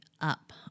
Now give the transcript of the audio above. up